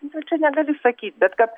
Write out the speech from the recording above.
va čia negali sakyt bet kad